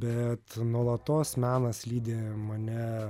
bet nuolatos menas lydėjo mane